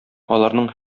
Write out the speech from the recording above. аларның